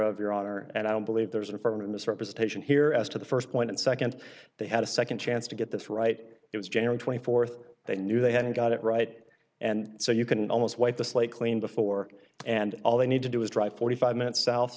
of your honor and i don't believe there's an apartment misrepresentation here as to the first point and second they had a second chance to get this right it was january twenty fourth they knew they hadn't got it right and so you can almost wipe the slate clean before and all they need to do is drive forty five minutes south